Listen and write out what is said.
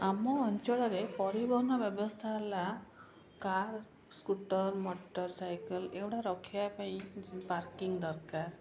ଆମ ଅଞ୍ଚଳରେ ପରିବହନ ବ୍ୟବସ୍ଥା ହେଲା କାର ସ୍କୁଟର ମଟର ସାଇକେଲ ଏଗୁଡ଼ାକ ରଖିବା ପାଇଁ ପାର୍କିଙ୍ଗ ଦରକାର